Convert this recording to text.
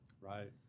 Right